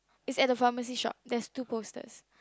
is at the pharmacy shop there's two posters